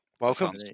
Welcome